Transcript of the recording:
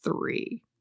three